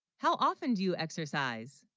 how often, do you, exercise